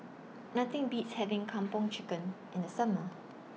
Nothing Beats having Kung Po Chicken in The Summer